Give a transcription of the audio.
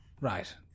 right